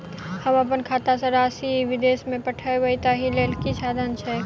हम अप्पन खाता सँ राशि विदेश मे पठवै ताहि लेल की साधन छैक?